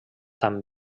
tan